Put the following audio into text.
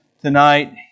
tonight